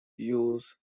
use